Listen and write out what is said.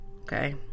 Okay